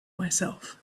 myself